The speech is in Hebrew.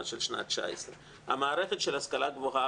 של שנת 19'. המערכת של ההשכלה הגבוהה,